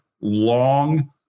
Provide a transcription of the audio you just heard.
long